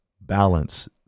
balance